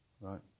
right